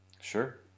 Sure